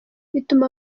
bituma